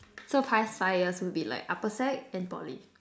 so past five years would be like upper sec and in Poly